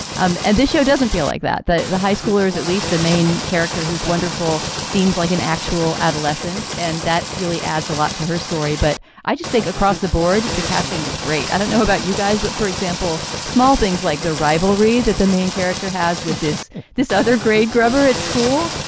um and this show doesn't feel like that. the the high schoolers, at least the main character who's wonderful, seems like an actual adolescent. and that really adds a lot to her story. but i just think across the board, the casting is great. i don't know about you guys, but for example, small things like the rivalry that the main character has with this this other grade grubber at school.